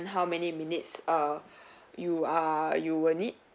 how many minutes err you are you would need